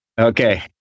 Okay